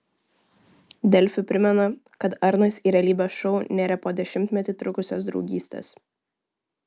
delfi primena kad arnas į realybės šou nėrė po dešimtmetį trukusios draugystės